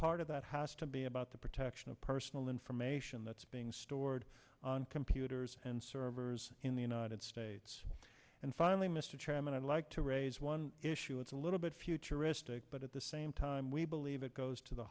part of that has to be about the protection of personal information that's being stored on computers and servers in the united states and finally mr chairman i'd like to raise one issue it's a little bit futuristic but at the same time we believe it goes to the